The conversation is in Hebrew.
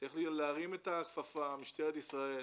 צריך להרים את הכפפה, משטרת ישראל,